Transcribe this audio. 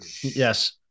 yes